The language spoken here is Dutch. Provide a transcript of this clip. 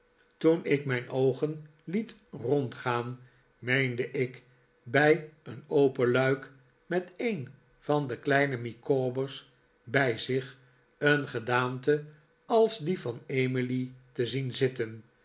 toen ik mijn oogen liet rondgaan meende ik bij een open luik met een van de kleine micawber's bij zich een gedaante als die van emily te zien zitten